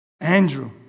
Andrew